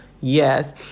yes